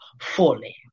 fully